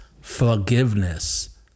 forgiveness